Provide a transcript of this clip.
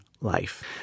life